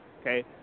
okay